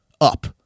up